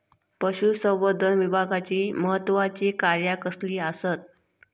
पशुसंवर्धन विभागाची महत्त्वाची कार्या कसली आसत?